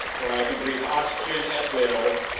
where i can breathe oxygen at will,